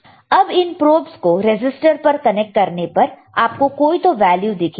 तो अब इन प्रोबस को रजिस्टर पर कनेक्ट करने पर आपको कोई तो वैल्यू दिखेगा